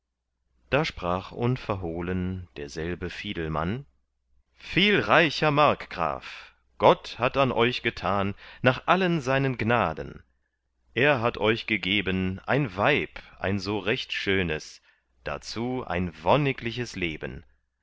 da sprach unverhohlen derselbe fiedelmann viel reicher markgraf gott hat an euch getan nach allen seinen gnaden er hat euch gegeben ein weib ein so recht schönes dazu ein wonnigliches leben